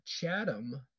Chatham